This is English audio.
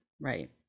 right